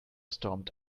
stormed